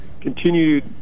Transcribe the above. continued